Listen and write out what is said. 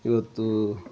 ಇವತ್ತು